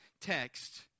text